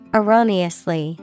erroneously